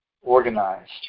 organized